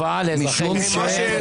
טובה לאזרחי ישראל.